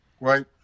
right